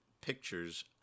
pictures